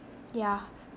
yeah